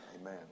Amen